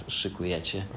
szykujecie